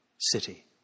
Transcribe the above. city